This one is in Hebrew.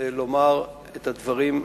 לומר את הדברים,